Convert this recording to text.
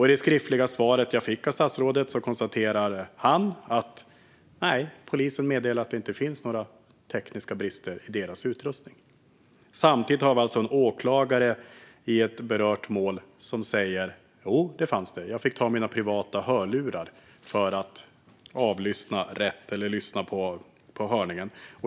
I det skriftliga svaret konstaterar statsrådet att polisen meddelar att det inte finns några tekniska brister i deras utrustning. Samtidigt har alltså åklagaren i ett uppmärksammat mål konstaterat att det visst fanns tekniska brister och att han fick använda sina privata hörlurar för att höra rätt.